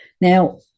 now